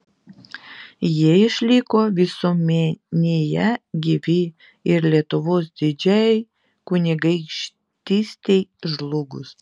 jie išliko visuomenėje gyvi ir lietuvos didžiajai kunigaikštystei žlugus